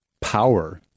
power